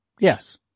Yes